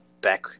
back